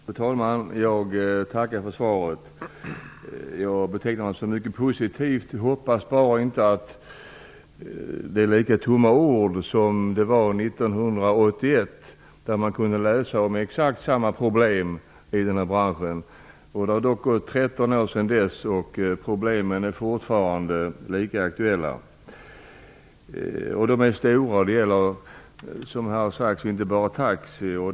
Fru talman! Jag tackar för svaret, som jag betecknar såsom mycket positivt. Jag hoppas bara att det inte blir lika tomma ord som 1981, då man kunde läsa om exakt samma problem i denna bransch. 13 år har gått sedan dess, men problemen är fortfarande lika aktuella. Det gäller inte bara taxinäringen.